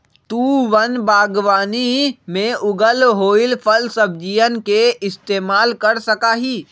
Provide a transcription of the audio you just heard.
तु वन बागवानी में उगल होईल फलसब्जियन के इस्तेमाल कर सका हीं